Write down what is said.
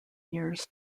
years